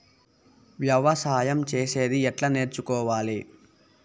వ్యవసాయం చేసేది ఎట్లా నేర్చుకోవాలి?